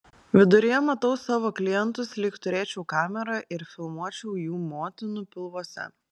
viduryje matau savo klientus lyg turėčiau kamerą ir filmuočiau jų motinų pilvuose